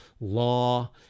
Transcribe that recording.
law